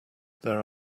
there